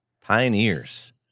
Pioneers